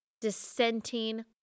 dissenting